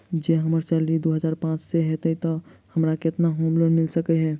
जँ हम्मर सैलरी दु हजार पांच सै हएत तऽ हमरा केतना होम लोन मिल सकै है?